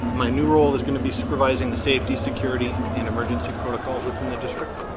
my new role is gonna be supervising the safety, security, and emergency protocols within the district